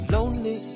Lonely